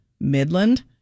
Midland